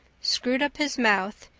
screwed up his mouth,